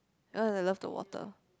uh I love the water